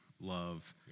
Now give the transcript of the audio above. love